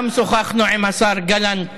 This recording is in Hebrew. גם שוחחנו עם סגן השר גלנט